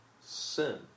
sin